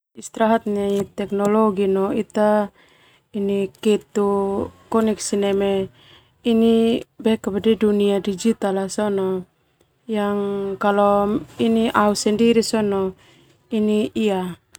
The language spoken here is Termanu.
Istirahat no teknologi no ita ketu koneksi neme dunia digital sona yang ini au sendiri sona ia.